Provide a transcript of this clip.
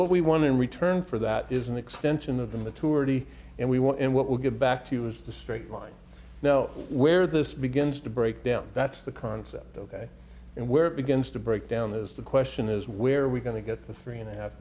what we want in return for that is an extension of them the tour de and we want and what we'll get back to is the straight line now where this begins to break down that's the concept and where it begins to break down is the question is where are we going to get the three and a half